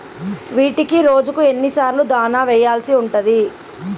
వీటికి రోజుకు ఎన్ని సార్లు దాణా వెయ్యాల్సి ఉంటది?